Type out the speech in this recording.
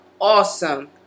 awesome